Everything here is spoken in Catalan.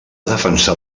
defensar